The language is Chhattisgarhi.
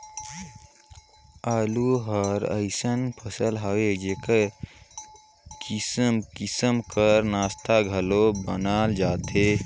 आलू हर अइसन फसिल हवे जेकर किसिम किसिम कर नास्ता घलो बनाल जाथे